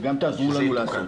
וגם תעזרו לנו לעשות.